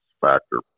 factor